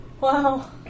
Wow